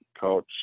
coach